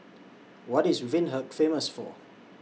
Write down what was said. What IS Windhoek Famous For